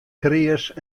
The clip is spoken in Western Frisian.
kreas